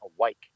awake